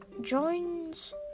Joins